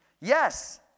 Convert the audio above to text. Yes